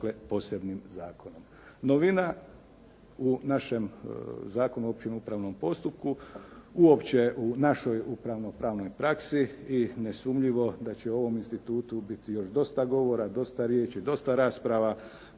posebnim zakonom. Novina u našem Zakonu o općem upravnom postupku, uopće u našoj upravno pravnoj praksi i ne sumnjivo da će o ovom institutu biti još govora, dosta riječi, dosta rasprava